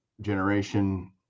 generation